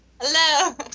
Hello